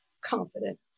confident